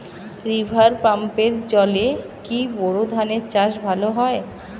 River পাম্পের জলে কি বোর ধানের চাষ ভালো হয়?